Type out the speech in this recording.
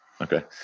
Okay